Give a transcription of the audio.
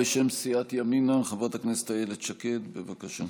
בשם סיעת ימינה, חברת הכנסת איילת שקד, בבקשה.